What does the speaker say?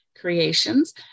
creations